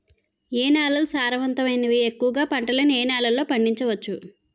ఏ నేలలు సారవంతమైనవి? ఎక్కువ గా పంటలను ఏ నేలల్లో పండించ వచ్చు?